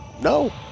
no